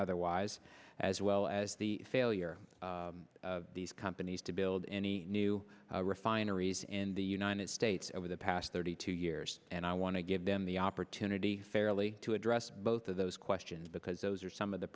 otherwise as well as the failure of these companies to build any new refineries in the united states over the past thirty two years and i want to give them the opportunity fairly to address both of those questions because those are some of the